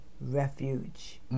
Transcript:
refuge